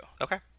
Okay